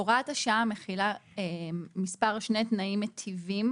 הוראת השעה מכילה שני תנאים מיטיבים